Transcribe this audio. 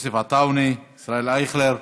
יוסף עטאונה, ישראל אייכלר,